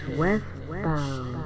westbound